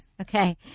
Okay